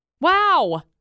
Wow